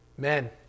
Men